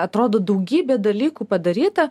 atrodo daugybė dalykų padaryta